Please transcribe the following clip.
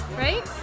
right